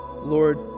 Lord